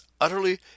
utterly